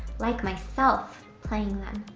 like myself, playing them?